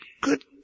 Good